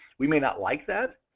we may not like that,